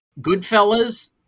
Goodfellas